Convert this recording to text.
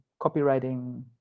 copywriting